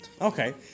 Okay